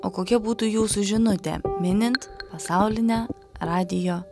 o kokia būtų jūsų žinutė minint pasaulinę radijo